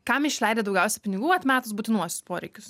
kam išleidi daugiausia pinigų atmetus būtinuosius poreikius